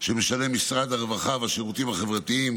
שמשלם משרד הרווחה והשירותים החברתיים,